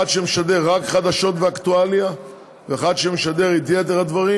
אחד שמשדר רק חדשות ואקטואליה ואחד שמשדר את יתר הדברים.